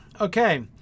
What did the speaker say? Okay